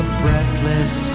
breathless